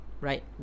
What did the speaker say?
right